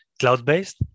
cloud-based